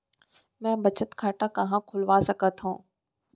मै बचत खाता कहाँ खोलवा सकत हव?